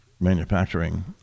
manufacturing